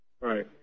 Right